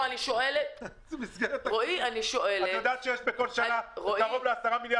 את יודעת שבכל שנה יש קרוב ל-10 מיליארד